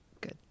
Good